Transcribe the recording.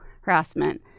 harassment